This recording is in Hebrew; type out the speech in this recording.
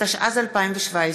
196), התשע"ז 2017,